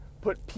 put